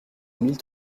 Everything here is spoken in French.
mille